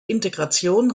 integration